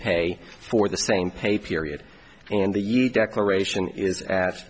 pay for the same pay period and the huge declaration is a